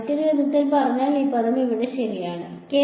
അതിനാൽ മറ്റൊരു വിധത്തിൽ പറഞ്ഞാൽ ഈ പദം ഇവിടെ ശരിയാണ് ശരി